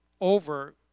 over